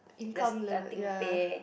the starting pay